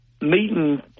meeting